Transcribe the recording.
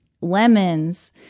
lemons